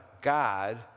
God